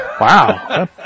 Wow